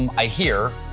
i hear,